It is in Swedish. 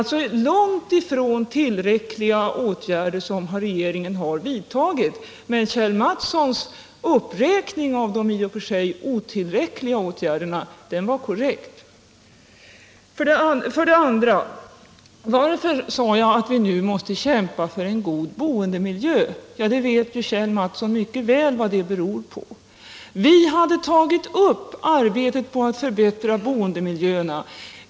Varför sade jag för det andra att vi nu måste kämpa för en god boendemiljö? Det vet Kjell Mattsson mycket väl. Vi hade tagit upp arbetet på att förbättra boendemiljöerna.